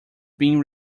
being